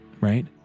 Right